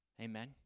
Amen